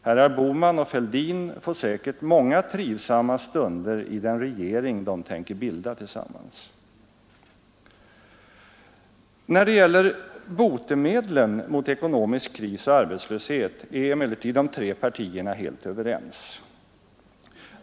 Herrar Bohman och Fälldin får säkert många trivsamma stunder i den regering de tänker bilda tillsammans. När det gäller botemedlen mot ekonomisk kris och arbetslöshet är emellertid de tre partierna helt överens.